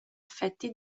affetti